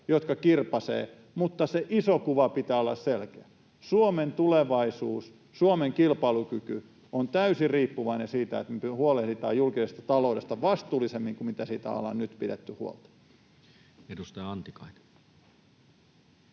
jotka kirpaisevat, mutta sen ison kuvan pitää olla selkeä. Suomen tulevaisuus ja Suomen kilpailukyky on täysin riippuvainen siitä, että me huolehditaan julkisesta taloudesta vastuullisemmin kuin miten siitä ollaan nyt pidetty huolta. Edustaja Antikainen.